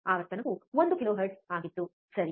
ಆವರ್ತನವು ಒಂದು ಕಿಲೋಹೆರ್ಟ್ಜ್ ಆಗಿತ್ತು ಸರಿ